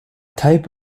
type